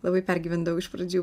labai pergyvendavau iš pradžių